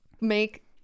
make